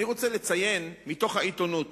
אני רוצה לציין מתוך העיתונות: